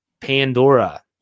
Pandora